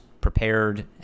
prepared